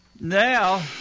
Now